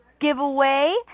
giveaway